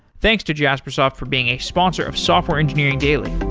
thanks to jaspersoft for being a sponsor of software engineering daily.